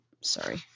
sorry